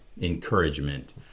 encouragement